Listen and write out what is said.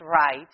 right